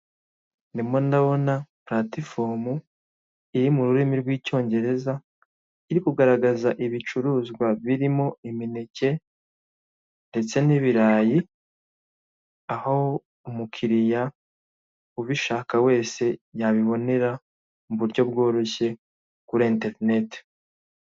Ndimo ndabona platifomu iri mu rurimi rw'icyongereza, iri kugaragaza ibicuruzwa birimo imineke ndetse n'ibirayi, aho umukiriya ubishaka wese yabibonera mu buryo bworoshye kuri internet.